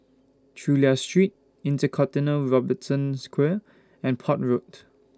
Chulia Street InterContinental Robertson's Quay and Port Road